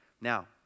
Now